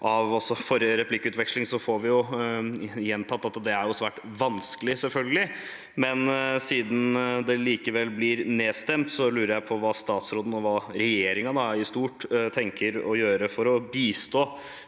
I forrige replikkveksling får vi gjentatt at det er svært vanskelig, selvfølgelig, men siden det likevel blir nedstemt, lurer jeg på hva statsråden, og hva regjeringen i stort, tenker å gjøre for å bistå